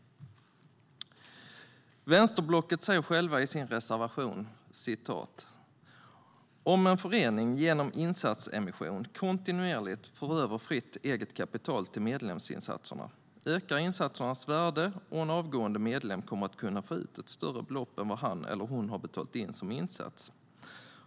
Vänsterblocket säger i sin reservation: "Om en förening genom insatsemission kontinuerligt för över fritt eget kapital till medlemsinsatserna ökar insatsernas värde och en avgående medlem kommer att kunna få ut ett större belopp än vad han eller hon har betalat in som insats.